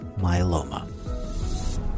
myeloma